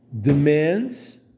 demands